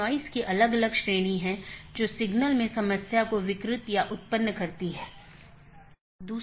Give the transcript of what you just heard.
यदि हम अलग अलग कार्यात्मकताओं को देखें तो BGP कनेक्शन की शुरुआत और पुष्टि करना एक कार्यात्मकता है